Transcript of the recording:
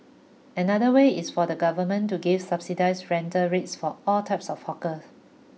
another way is for the government to give subsidised rental rates for all types of hawker